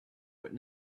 but